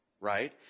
right